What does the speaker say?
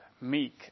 meek